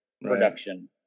production